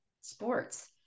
sports